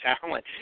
talent